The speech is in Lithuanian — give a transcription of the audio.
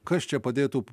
kas čia padėtų